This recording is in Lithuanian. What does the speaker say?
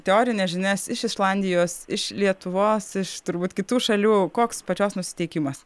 teorines žinias iš islandijos iš lietuvos iš turbūt kitų šalių koks pačios nusiteikimas